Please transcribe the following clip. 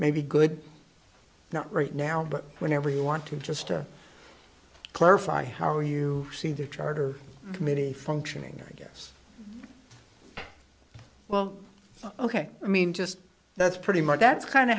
may be good not right now but whenever you want to just to clarify how you see the charter committee functioning i guess well ok i mean just that's pretty much that's kind